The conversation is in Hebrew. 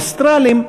אוסטרלים,